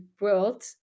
world